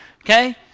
okay